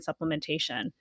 supplementation